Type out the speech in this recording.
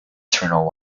maternal